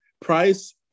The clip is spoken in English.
price